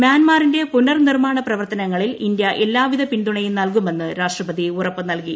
മ്യാൻമറിന്റെ പുനർ നിർമ്മാണ പ്രവർത്തനങ്ങളിൽ ഇന്ത്യ എല്ലാവിധ പിന്തുണയും നൽകുമെന്ന് രാഷ്ട്രപതി ഉറപ്പു നൽകി